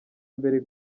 mbere